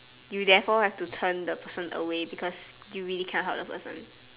you therefore have to turn the person away because you really cannot help the person